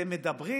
אתם מדברים